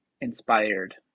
inspired